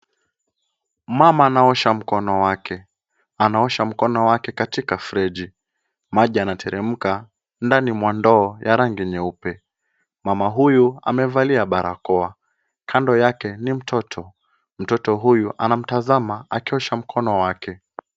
Mama anaosha mkono wake, anaosha mkono wake katika mfereji, maji yanateremka ndani mwa ndoo ya rangi nyeupe, mama huyu amevalia barakoa, kando yake ni mtoto. Mtoto huyu anamtazama akiosha mkono wake.